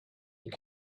you